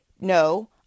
no